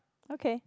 okay